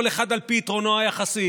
כל אחד על פי יתרונו היחסי,